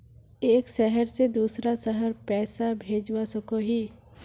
एक शहर से दूसरा शहर पैसा भेजवा सकोहो ही?